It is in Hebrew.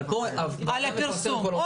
אבל פה --- חובה לפרסם כל החלטה.